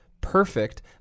perfect